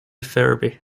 ferbey